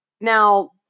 Now